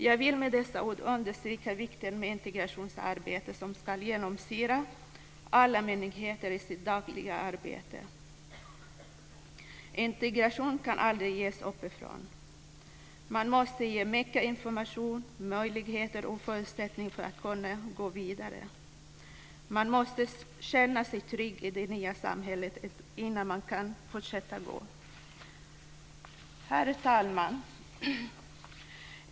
Jag vill med dessa ord understryka vikten av att integrationsarbetet ska genomsyra alla myndigheters dagliga verksamhet. Integration kan aldrig komma uppifrån. Man måste ges mycket information, och man måste få möjligheter och förutsättningar att gå vidare. Man måste känna sig trygg i det nya samhället innan man klarar detta. Herr talman!